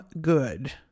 good